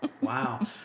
Wow